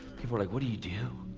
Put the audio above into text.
people are like, what do you do?